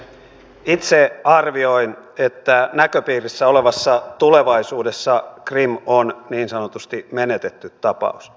itse arvioin että näköpiirissä olevassa tulevaisuudessa krim on niin sanotusti menetetty tapaus